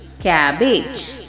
cabbage